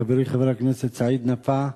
חברי חבר הכנסת סעיד נפאע.